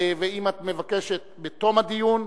ואם את מבקשת בתום הדיון,